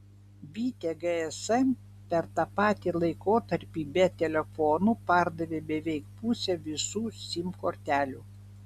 bitė gsm per tą patį laikotarpį be telefonų pardavė beveik pusę visų sim kortelių